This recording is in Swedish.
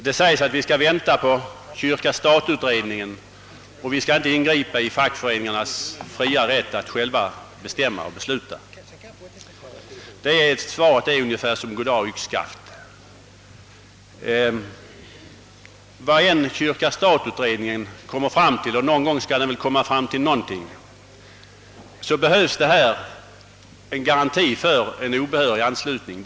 Det sägs att vi skall vänta på kyrka—Sstat-utredningen och inte ingripa i fackföreningarnas fria rätt att själva besluta. Det svaret är ungefär som goddag — yxskaft. Vad än kyrka— stat-utredningen kommer fram till — och någon gång skall den väl komma till något resultat — behövs här en ga ranti mot obehörig anslutning.